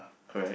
correct